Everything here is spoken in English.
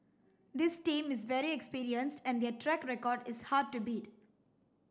this team is very experienced and their track record is hard to beat